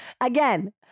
Again